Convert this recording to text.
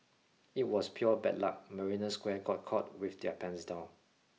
it was pure bad luck Marina Square got caught with their pants down